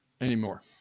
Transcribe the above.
anymore